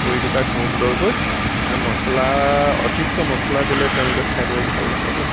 কৰি দিবা সুন্দৰকৈ তাত মছলা অধিককৈ মছলা দিলে তেওঁলোকে খাই বৰ ভাল নাপাব